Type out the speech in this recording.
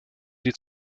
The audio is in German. die